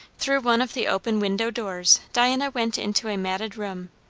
through one of the open window-doors diana went into a matted room,